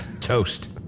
Toast